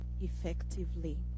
effectively